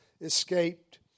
escaped